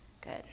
Good